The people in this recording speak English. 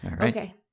Okay